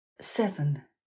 seven